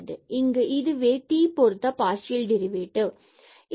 எனவே இங்கு இதுவே t பொருத்த டெரிவேட்டிவ் ஆகும்